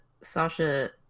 Sasha